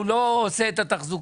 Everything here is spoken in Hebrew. ההוא לא עושה את התחזוקה,